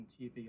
TV